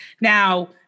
now